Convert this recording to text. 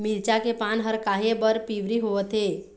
मिरचा के पान हर काहे बर पिवरी होवथे?